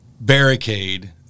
barricade